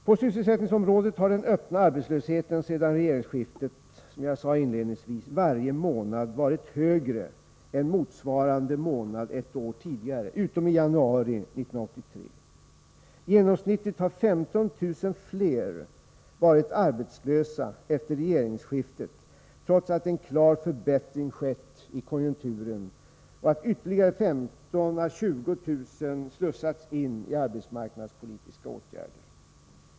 På sysselsättningsområdet har den öppna arbetslösheten sedan regeringsskiftet, som jag sade inledningsvis, varje månad varit högre än motsvarande månad ett år tidigare, utom i januari 1983. Genomsnittligt har 15 000 fler varit arbetslösa efter regeringsskiftet trots att en klar förbättring skett i konjunkturen och att ytterligare 15 000-20 000 slussats in i arbetsmarknadspolitiska åtgärder.